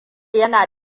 yana